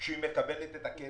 כשהיא מקבלת את הכסף,